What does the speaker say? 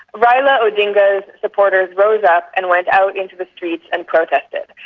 raila odinga's supporters rose up and went out into the streets and protested.